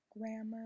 grammar